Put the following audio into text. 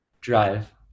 Drive